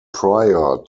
prior